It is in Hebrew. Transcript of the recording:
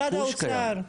משרד האוצר,